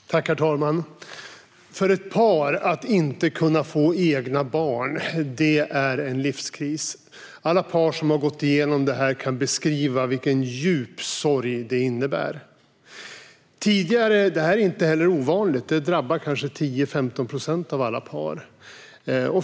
Herr talman! För ett par innebär det en livskris att inte kunna få egna barn. Alla par som har gått igenom det kan beskriva vilken djup sorg det innebär. Det här är inte ovanligt, utan det drabbar kanske 10-15 procent av alla par.